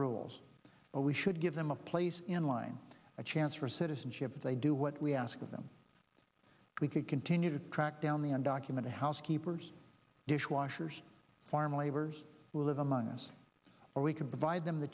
rules are we should give them a place in line a chance for citizenship if they do what we ask of them we could continue to track down the undocumented housekeepers dishwashers farm laborers who live among us or we can provide them the